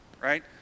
right